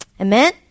Amen